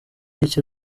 icyo